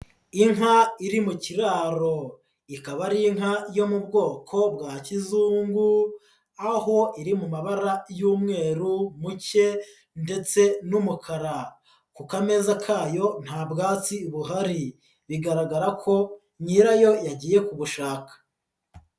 Inka iri mu kiraro, ikaba ari inka yo mu bwoko bwa kizungu, aho iri mu mabara y'umweru muke ndetse n'umukara, ku kameza kayo nta bwatsi buhari, bigaragara ko nyirayo yagiye kubushaka.